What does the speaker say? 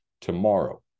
tomorrow